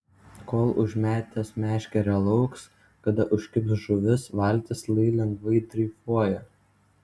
kol užmetęs meškerę lauks kada užkibs žuvis valtis lai lengvai dreifuoja